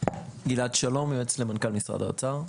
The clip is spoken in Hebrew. גלעד שלום יועץ למנכ"ל משרד האוצר.